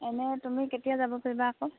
এনেই তুমি কেতিয়া যাব পাৰিবা আকৌ